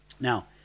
Now